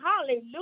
hallelujah